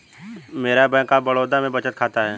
मेरा bank of Baroda में बचत खाता है